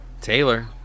Taylor